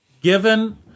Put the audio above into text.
Given